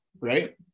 right